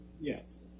Yes